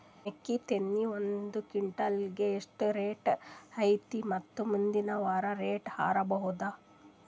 ಮೆಕ್ಕಿ ತೆನಿ ಒಂದು ಕ್ವಿಂಟಾಲ್ ಗೆ ಎಷ್ಟು ರೇಟು ಐತಿ ಮತ್ತು ಮುಂದಿನ ವಾರ ರೇಟ್ ಹಾರಬಹುದ?